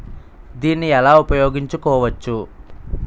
దీన్ని ఎలా ఉపయోగించు కోవచ్చు?